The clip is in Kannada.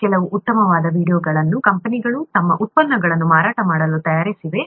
ಈ ಕೆಲವು ಉತ್ತಮವಾದ ವೀಡಿಯೊಗಳನ್ನು ಕಂಪನಿಗಳು ತಮ್ಮ ಉತ್ಪನ್ನಗಳನ್ನು ಮಾರಾಟ ಮಾಡಲು ತಯಾರಿಸಿವೆ